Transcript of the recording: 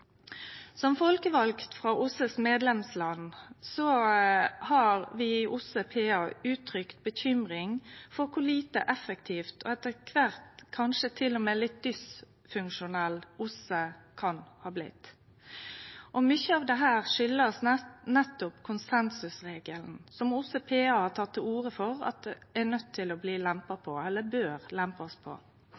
Som folkevalde frå OSSEs medlemsland har vi i OSSE PA uttrykt bekymring for kor lite effektiv, og etter kvart kanskje til og med litt dysfunksjonell, OSSE kan ha blitt. Mykje av dette kjem nettopp av konsensusregelen, som OSSE PA har teke til orde for må lempast på, eller bør lempast på,